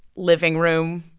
living room